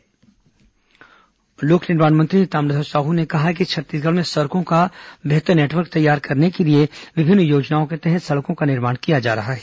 छत्तीसगढ़ सड़क लोक निर्माण मंत्री ताम्रध्वज साहू ने कहा है कि छत्तीसगढ़ में सड़कों का बेहतर नेटवर्क तैयार करने के लिए विभिन्न योजनाओं के तहत सड़कों का निर्माण किया जा रहा है